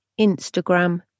Instagram